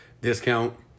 discount